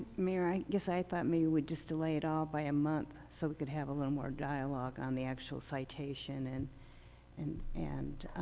mayor, i guess thought maybe we'd just delay it all by a month so we could have a little more dialogue on the actual citation and and and